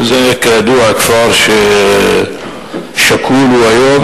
זה כידוע כפר שכול היום,